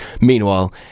meanwhile